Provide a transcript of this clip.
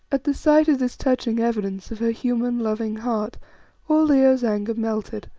at the sight of this touching evidence of her human, loving heart all leo's anger melted.